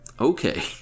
okay